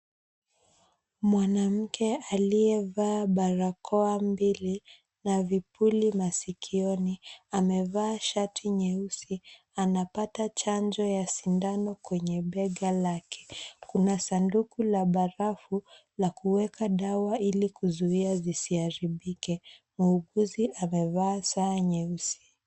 Mwanamke aliyevaa barakoa mbili, na vipuli masikioni, amevaa shati nyeusi, anapata chanjo ya sindano kwenye bega lake. Kuna sanduku la barafu la kuweka dawa ili kuzuia zisiharibike. Muuguzi amevaa saa nyeusi.